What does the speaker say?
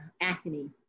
acne